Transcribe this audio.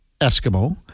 Eskimo